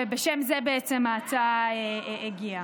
ובשם זה בעצם ההצעה הגיעה.